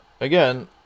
again